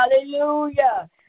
Hallelujah